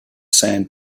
sand